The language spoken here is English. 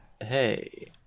Hey